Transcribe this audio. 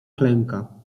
klęka